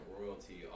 royalty